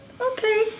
okay